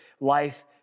life